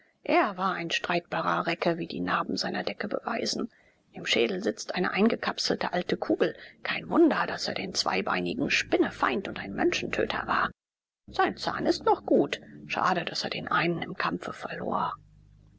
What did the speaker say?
er war ein streitbarer recke wie die narben seiner decke beweisen im schädel sitzt eine eingekapselte alte kugel kein wunder daß er den zweibeinigen spinnefeind und ein menschentöter war sein zahn ist noch gut schade daß er den einen im kampfe verlor